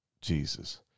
Jesus